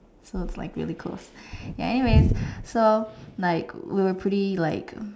so it's like really close ya anyways so like we were pretty like